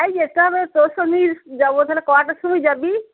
তাই যেতে হবে তোর সঙ্গেই যাবো তাহলে কটার সময় যাবি